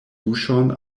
buŝon